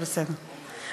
זה בסדר,